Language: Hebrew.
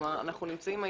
כלומר, אנחנו נמצאים היום,